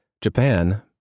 Japan